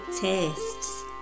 tastes